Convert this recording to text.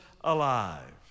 alive